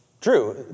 Drew